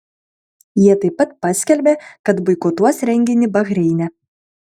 jie taip pat paskelbė kad boikotuos renginį bahreine